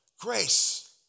Grace